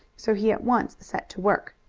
so he at once set to work.